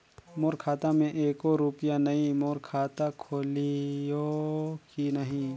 मोर खाता मे एको रुपिया नइ, मोर खाता खोलिहो की नहीं?